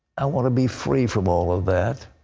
i want to be free from all of that.